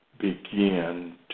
begin